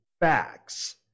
facts